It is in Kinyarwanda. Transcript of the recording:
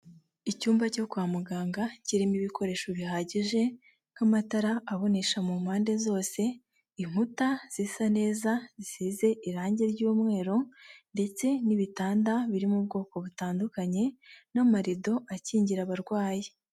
Icyumba cyo kwa muganga kirimo ibikoresho bihagije nk'amatara abonesha mu mpande zose, inkuta zisa neza zisize irangi ry'umweru ndetse n'ibitanda biri mu bwoko butandukanye n'amarido akingira abarwayi.